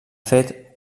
fet